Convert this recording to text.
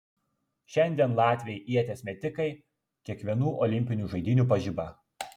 šiandien latviai ieties metikai kiekvienų olimpinių žaidynių pažiba